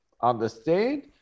understand